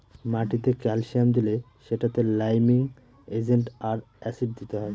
মাটিতে ক্যালসিয়াম দিলে সেটাতে লাইমিং এজেন্ট আর অ্যাসিড দিতে হয়